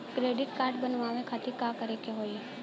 Credit card बनवावे खातिर का करे के होई?